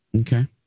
Okay